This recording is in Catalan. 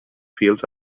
fils